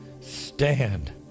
Stand